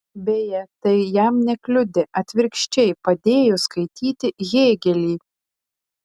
beje tai jam nekliudė atvirkščiai padėjo skaityti hėgelį